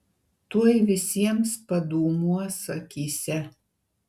tuoj visiems padūmuos akyse